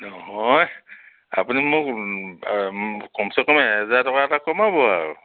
নহয় আপুনি মোক কমছে কম এহেজাৰ টকা এটা কমাব আৰু